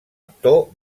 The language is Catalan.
actor